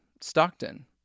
Stockton